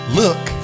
look